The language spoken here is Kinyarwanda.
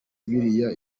biriya